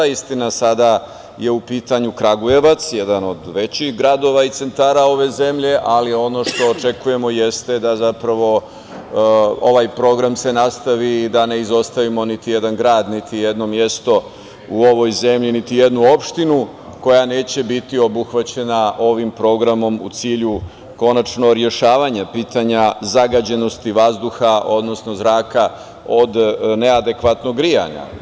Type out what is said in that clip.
Istina, sada je u pitanju Kragujevac, jedan od većih gradova i centara ove zemlje, ali ono što očekujemo jeste da se ovaj program nastavi i da ne izostavimo ni jedan grad, niti jedno mesto u ovoj zemlji, niti jednu opštinu koja neće biti obuhvaćena ovim programom u cilju rešavanja pitanja zagađenosti vazduha, odnosno zraka od neadekvatnog grejanja.